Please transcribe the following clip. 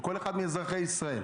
של כל אחד מאזרחי ישראל,